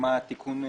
לדוגמה תיקון פגמים.